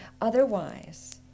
Otherwise